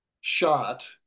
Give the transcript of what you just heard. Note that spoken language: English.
shot